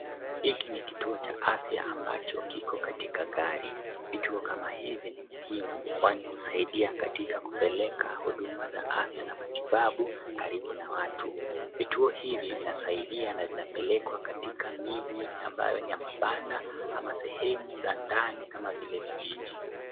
Hiki ni kituo cha afya ambacho kiko katika gari. Vituo kama hivi ni muhimu kwani husaidia katika kupeleka huduma za afya na matibabu karibu na watu. Vituo hivi vinasaidia na vinapelekwa katika miji ambayo ni ya mabanda ama sehemu za ndani kama vile vijiji.